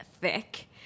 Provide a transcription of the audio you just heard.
thick